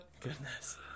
Goodness